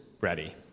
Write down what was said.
ready